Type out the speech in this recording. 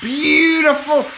beautiful